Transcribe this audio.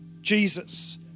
Jesus